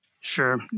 Sure